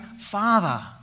Father